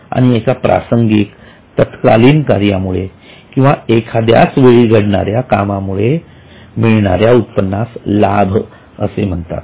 आणि एका प्रासंगिक तत्कालीन कार्यामुळे किंवा एखाद्या वेळीच घडणाऱ्या कामामुळे मिळणाऱ्या उत्पन्नास लाभ असे म्हणतात